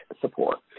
support